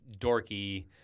dorky –